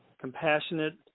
compassionate